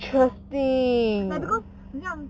ya lor but because 很像